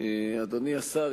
אדוני השר,